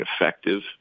effective